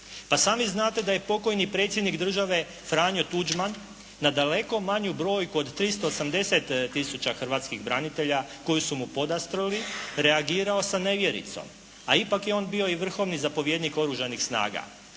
Pa i sami znate da je pokojni predsjednik države Franjo Tuđman na daleko manju brojku od 380000 hrvatskih branitelja koji su mu podastrli reagirao sa nevjericom, a ipak je on bio i vrhovni zapovjednik Oružanih snaga.